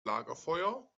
lagerfeuer